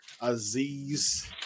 Aziz